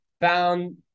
Found